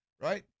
Right